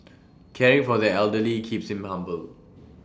caring for the elderly keeps him humble